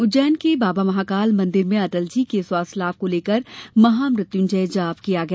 उज्जैन के महांकाल मंदिर में अटल जी के स्वास्थ्य लाभ को लेकर महामृत्युंजय जाप किया गया